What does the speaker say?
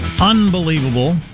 Unbelievable